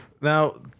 Now